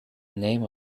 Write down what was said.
name